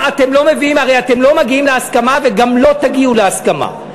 הרי אתם לא מגיעים להסכמה וגם לא תגיעו להסכמה.